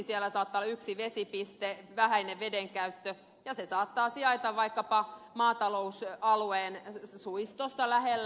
siellä saattaa olla yksi vesipiste vähäinen veden käyttö ja se saattaa sijaita vaikkapa maatalousalueen suistossa lähellä